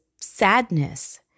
sadness